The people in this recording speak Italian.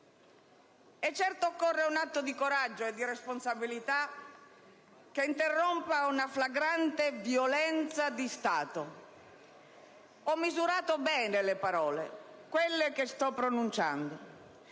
Certo, occorre un atto di coraggio e di responsabilità che interrompa una flagrante violenza di Stato. Ho misurato bene le parole, quelle che sto pronunciando.